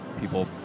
people